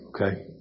okay